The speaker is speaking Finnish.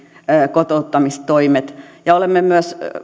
kotouttamistoimet ja olemme myös